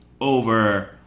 over